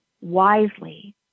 wisely